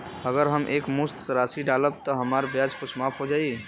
अगर हम एक मुस्त राशी डालब त हमार ब्याज कुछ माफ हो जायी का?